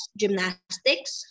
gymnastics